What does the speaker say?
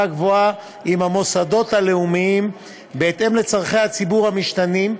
גבוהה עם המוסדות הלאומיים בהתאם לצורכי הציבור המשתנים,